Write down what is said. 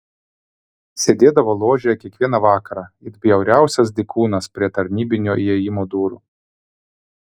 sėdėdavo ložėje kiekvieną vakarą it bjauriausias dykūnas prie tarnybinio įėjimo durų